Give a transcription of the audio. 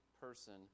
person